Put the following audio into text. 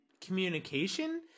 communication